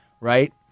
right